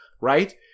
right